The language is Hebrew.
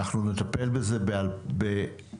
אנחנו נטפל בזה בינואר,